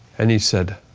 and he said,